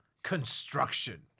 Construction